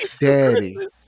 daddy